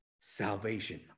salvation